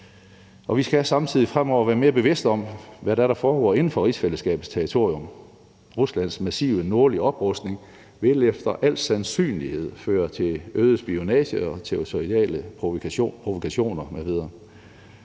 samtidig fremover være mere bevidste om, hvad det er, der foregår inden for rigsfællesskabets territorium. Ruslands massive nordlige oprustning vil efter al sandsynlighed føre til øget spionage og territoriale provokationer